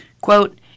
Quote